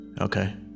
Okay